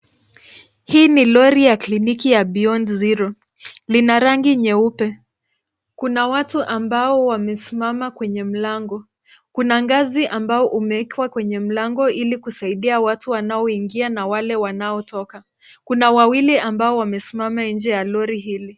Hii ni lori ya kliniki ya Beyond Zero . Lina rangi nyeupe. Kuna watu ambao wamesimama kwenye mlango. Kuna ngazi ambao umewekwa kwenye mlango ili kusaidia watu wanaoingia na wale wanaotoka. Kuna wawili ambao wamesimama nje ya lori hili.